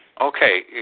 Okay